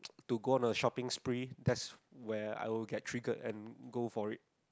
to go on a shopping spree that's where I will get triggered and go for it